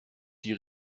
die